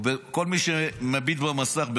או אצל כל מי שמביט במסך,